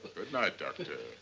night, doctor.